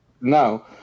No